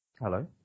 Hello